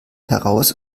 heraus